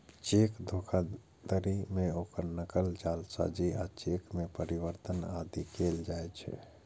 cheque धोखाधड़ी मे ओकर नकल, जालसाजी आ चेक मे परिवर्तन आदि कैल जाइ छै